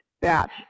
batch